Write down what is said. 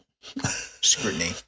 scrutiny